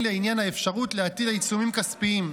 לעניין האפשרות להטיל עיצומים כספיים,